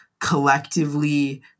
collectively